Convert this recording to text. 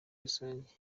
rusange